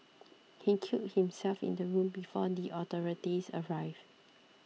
he killed himself in the room before the authorities arrived